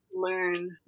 learn